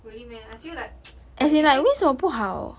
really meh I feel like but depends on